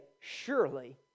surely